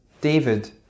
David